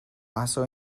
also